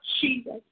Jesus